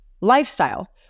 lifestyle